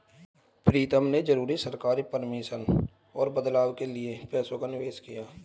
प्रीतम ने जरूरी सरकारी परमिशन और बदलाव के लिए पैसों का निवेश किया